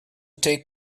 take